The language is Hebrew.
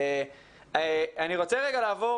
אני רוצה לעבור